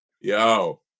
Yo